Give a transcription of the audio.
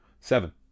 Seven